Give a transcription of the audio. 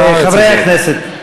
חברי הכנסת,